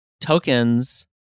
tokens